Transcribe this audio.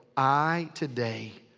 i, today,